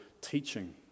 teaching